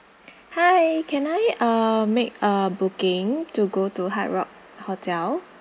hi can I uh make a booking to go to hard rock hotel